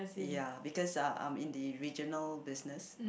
ya because uh I'm in the regional business